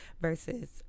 versus